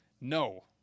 No